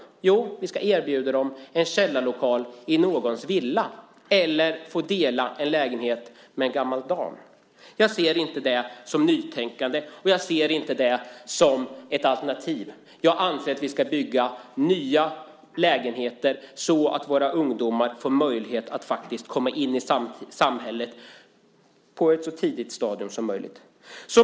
Vi ska alltså erbjuda dem en källarlokal i någons villa eller också får de dela lägenhet med en gammal dam. Jag ser inte det som ett nytänkande och inte heller som ett alternativ. Jag anser att vi ska bygga nya lägenheter så att våra ungdomar får möjlighet att komma in i samhället på ett så tidigt stadium som möjligt.